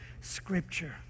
Scripture